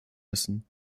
müssen